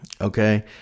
Okay